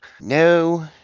No